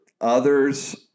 others